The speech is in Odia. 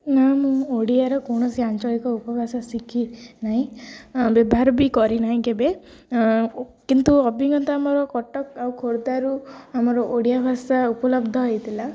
ନା ମୁଁ ଓଡ଼ିଆର କୌଣସି ଆଞ୍ଚଳିକ ଉପଭାଷା ଶିଖି ନାହିଁ ବ୍ୟବହାର ବି କରିନାହିଁ କେବେ କିନ୍ତୁ ଅଭିଜ୍ଞତା ଆମର କଟକ ଆଉ ଖୋର୍ଦ୍ଧାରୁ ଆମର ଓଡ଼ିଆ ଭାଷା ଉପଲବ୍ଧ ହୋଇଥିଲା